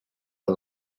are